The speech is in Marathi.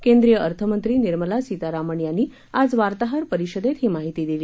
केंद्रीय अर्थमंत्री निर्मला सीतारामण यांनी आज वार्ताहर परिषदेत ही माहिती दिली